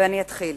ואני אתחיל.